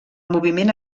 moviment